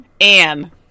Anne